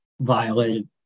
violated